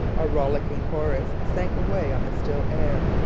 a rollicking chorus sank away on the still air,